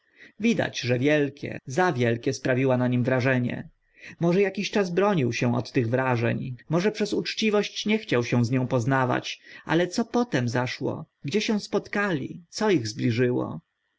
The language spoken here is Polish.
widać że wielkie za wielkie sprawiła na nim wrażenie może akiś czas bronił się od tych wrażeń może przez uczciwość nie chciał się z nią poznawać ale co potem zaszło gdzie się spotkali co ich zbliżyło